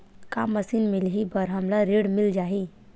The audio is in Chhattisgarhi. का मशीन मिलही बर हमला ऋण मिल जाही?